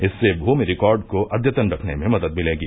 इससे भूमि रिकॉर्ड को अद्यतन रखने में मदद मिलेगी